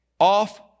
off